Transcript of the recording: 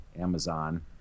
Amazon